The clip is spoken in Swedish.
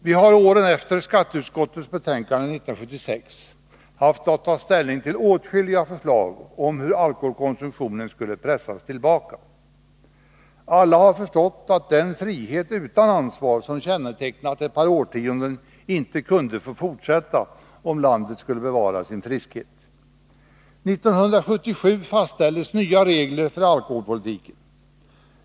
Vi har åren efter skatteutskottets betänkande 1976 haft att ta ställning till åtskilliga förslag om hur alkoholkonsumtionen skulle pressas tillbaka. Alla har förstått att den frihet utan ansvar som kännetecknat ett par årtionden inte kunde få fortsätta om landet skulle bevara sin friskhet. 1977 fastställdes nya regler för alkoholpolitiken.